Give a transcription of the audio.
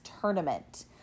tournament